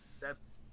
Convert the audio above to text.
That's-